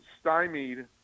stymied